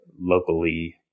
locally